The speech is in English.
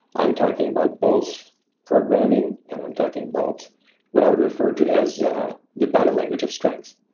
i'm talking about both programming, and i'm talking about what i would refer to as the body language of strength.